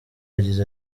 yagize